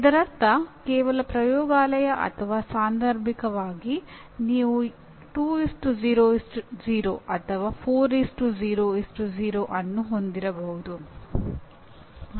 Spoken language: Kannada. ಇದರರ್ಥ ಕೇವಲ ಪ್ರಯೋಗಾಲಯ ಅಥವಾ ಸಾಂದರ್ಭಿಕವಾಗಿ ನೀವು 2 0 0 ಅಥವಾ 4 0 0 ಅನ್ನು ಹೊಂದಿರಬಹುದು